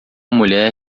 mulher